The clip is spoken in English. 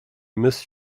miss